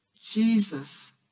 Jesus